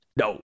no